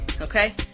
okay